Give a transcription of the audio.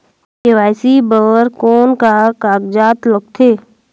KYC बर कौन का कागजात लगथे?